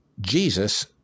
Jesus